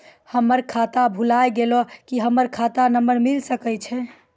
हमर खाता भुला गेलै, की हमर खाता नंबर मिले सकय छै?